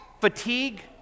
fatigue